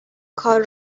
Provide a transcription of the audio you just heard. کار